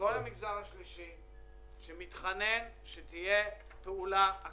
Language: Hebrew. הפתרון שנמצא הוא בלתי מתקבל על הדעת,